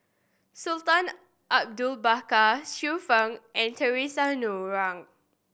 Sultan Abu Bakar Xiu Fang and Theresa Noronha